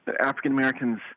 African-Americans